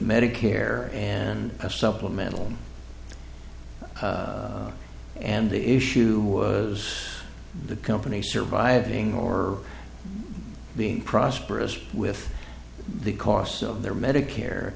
medicare and a supplemental and the issue was the company surviving or being prosperous with the cost of their medicare